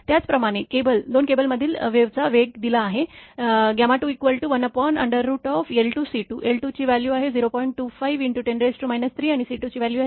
त्याचप्रमाणे केबल दोन मधील वेव्हचा वेग दिला आहे 21L2C210